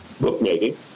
bookmaking